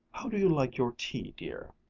how do you like your tea, dear?